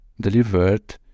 delivered